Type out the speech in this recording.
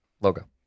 logo